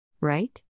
Right